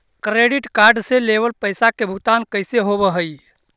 Credit card से लेवल पैसा के भुगतान कैसे होव हइ?